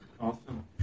Awesome